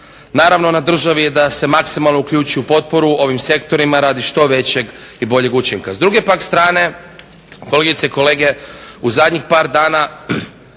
Naravno na državi je da se maksimalno uključi u potporu ovim sektorima radi što većeg i boljeg učinka.